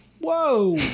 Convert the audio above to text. Whoa